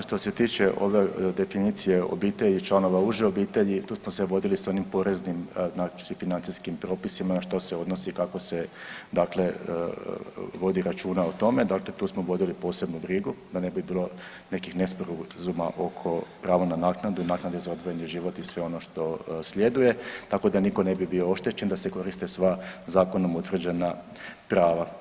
Što se tiče ove definicije obitelji i članova uže obitelji, tu smo se vodili s onim poreznim, znači financijskim propisima što se odnosi i kako se dakle vodi računa o tome, dakle tu smo vodili posebnu brigu da ne bi bilo nekih nesporazuma oko prava na naknadu i naknade za odvojeni život i sve ono što sljeduje tako da nitko ne bi bio oštećen, da se koriste sva zakonom utvrđena prava.